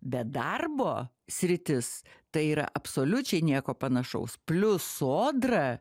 bet darbo sritis tai yra absoliučiai nieko panašaus plius sodra